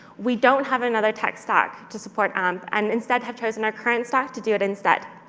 we don't have another tech stack to support amp and, instead, have chosen our current stack to do it instead.